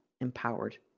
empowered